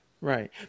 right